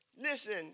Listen